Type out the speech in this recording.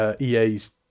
EA's